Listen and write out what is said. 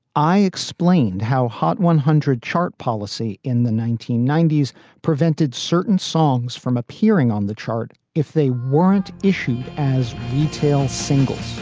i explained how hot one hundred chart policy in the nineteen ninety s prevented certain songs from appearing on the chart. if they weren't issued as retail singles